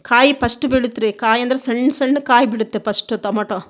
ಕಾಯಿ ಪಸ್ಟ್ ಬಿಡತ್ತೆ ರೀ ಕಾಯಿ ಅಂದ್ರೆ ಸಣ್ಣ ಸಣ್ಣ ಕಾಯಿ ಬಿಡುತ್ತೆ ಪಸ್ಟ್ ತೊಮೊಟೊ